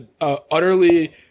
utterly